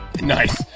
Nice